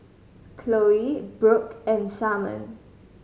Khloe Brook and Sharman